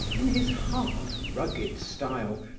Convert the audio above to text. in his hard rugged style,